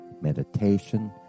meditation